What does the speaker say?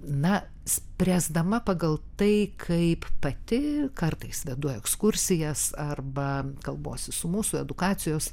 na spręsdama pagal tai kaip pati kartais vedu ekskursijas arba kalbuosi su mūsų edukacijos